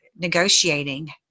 negotiating